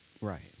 Right